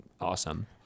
awesome